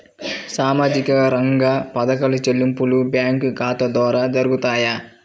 సామాజిక రంగ పథకాల చెల్లింపులు బ్యాంకు ఖాతా ద్వార జరుగుతాయా?